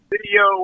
Video